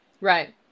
Right